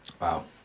Wow